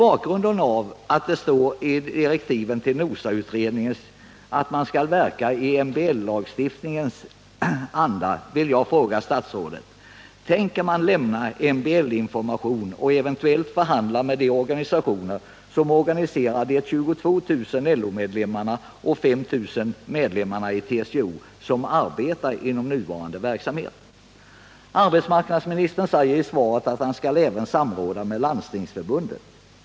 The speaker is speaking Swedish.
Arbetsmarknadsministern säger i svaret att han även skall samråda med Landstingsförbundet.